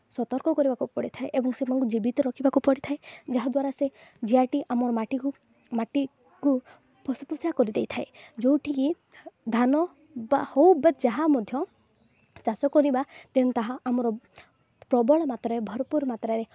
ସତର୍କ କରିବାକୁ ପଡ଼ିଥାଏ ଏବଂ ସେମାନଙ୍କୁ ଜୀବିତ ରଖିବାକୁ ପଡ଼ିଥାଏ ଯାହା ଦ୍ୱାରା ସେ ଜିଆଟି ଆମର ମାଟିକୁ ମାଟିକୁ ପଶୁ ଫସଫସିଆ କରିଦେଇଥାଏ ଯେଉଁଠିକି ଧାନ ବା ହେଉ ବା ଯାହା ମଧ୍ୟ ଚାଷ କରିବା ଦେନ୍ ତାହା ଆମର ପ୍ରବଳ ମାତ୍ରାରେ ଭରପୁର ମାତ୍ରାରେ